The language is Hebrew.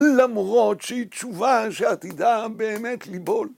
למרות שהיא תשובה שעתידה באמת ליבול.